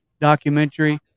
documentary